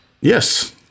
Yes